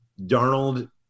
Darnold